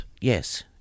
yes